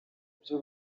ibyo